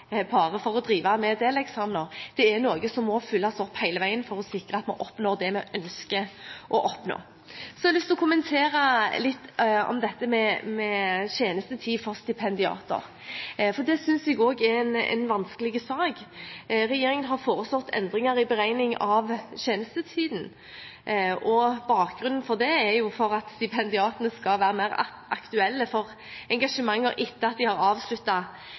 bare for å drive med deleksamener, det er noe som må fylles opp hele veien for å sikre at vi oppnår det vi ønsker. Jeg har lyst til å kommentere litt dette med tjenestetid for stipendiater, for det synes jeg også er en vanskelig sak. Regjeringen har foreslått endringer i beregningen av tjenestetiden. Bakgrunnen for det er at stipendiatene skal være mer aktuelle for engasjementer etter avsluttet utdanning. Samtidig mener vi at vi må ta på alvor de bekymringene som har